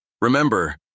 Remember